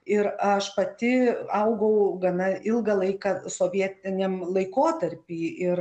ir aš pati augau gana ilgą laiką sovietiniam laikotarpy ir